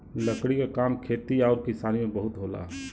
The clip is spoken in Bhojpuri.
लकड़ी क काम खेती आउर किसानी में बहुत होला